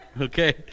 Okay